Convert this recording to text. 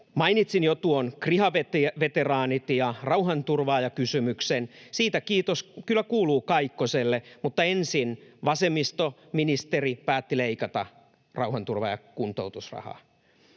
Mainitsin jo tuon kriha-veteraanien ja rauhanturvaajien kysymyksen. Siitä kiitos kyllä kuuluu Kaikkoselle, mutta ensin vasemmistoministeri päätti leikata rauhanturvaajakuntoutusrahaa.